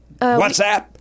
WhatsApp